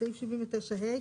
סעיף 79 ה'.